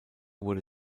wurde